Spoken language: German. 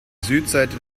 südseite